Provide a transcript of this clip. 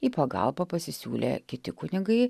į pagalbą pasisiūlė kiti kunigai